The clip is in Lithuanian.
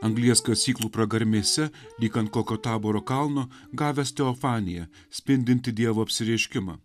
anglies kasyklų pragarmėse lyg ant kokio taboro kalno gavęs teofaniją spindintį dievo apsireiškimą